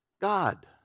God